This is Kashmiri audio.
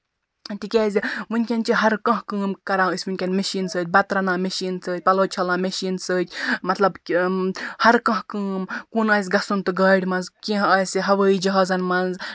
تِکیازِ ؤنکٮ۪ن چھُ ہَر کانہہ کٲم کران ؤنکٮ۪س مٮ۪شین سۭتۍ بَتہٕ رَنان مٮ۪شیٖن سۭتۍ پَلو چھَلان مٮ۪شیٖن سۭتۍ مطلب ہَر کانہہ کٲم کُن آسہہِ گژھُن تہٕ گاڑِ منٛز کیٚنہہ آسہِ ہَوایہِ جَہازن منٛز